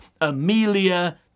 Amelia